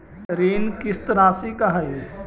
ऋण किस्त रासि का हई?